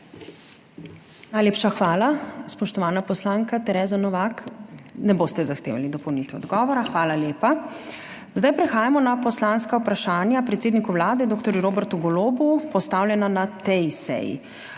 Najlepša hvala. Spoštovana poslanka Tereza Novak, ne boste zahtevali dopolnitve odgovora? Hvala lepa. Zdaj prehajamo na poslanska vprašanja predsedniku Vlade dr. Robertu Golobu, postavljena na tej seji.